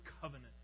covenant